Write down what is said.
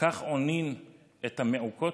כך עונים את המעיקות?"